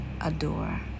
adore